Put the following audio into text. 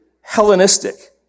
Hellenistic